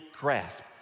grasp